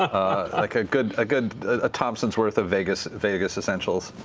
like a good ah good ah thompson's worth of vegas vegas essentials.